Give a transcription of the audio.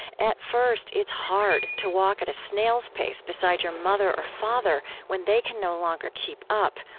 at first, it's hard to walk at a snail's pace beside your mother or father when they can no longer keep up,